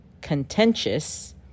contentious